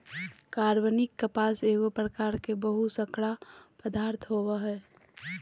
कार्बनिक कपास एगो प्रकार के बहुशर्करा पदार्थ होबो हइ